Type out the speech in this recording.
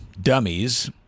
dummies